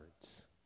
words